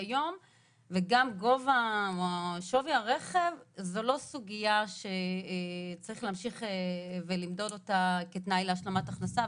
גם שווי הרכב זו לא סוגיה שצריך להמשיך ולמדוד אותה כתנאי להשלמת הכנסה,